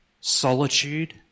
solitude